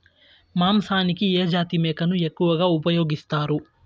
మాంసానికి ఏ జాతి మేకను ఎక్కువగా ఉపయోగిస్తారు?